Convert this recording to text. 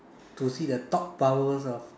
to see the top powers of